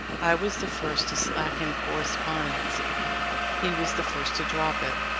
i was the first to slacken correspondence he was the first to drop it.